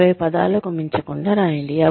20 పదాలకు మించకుండా రాయండి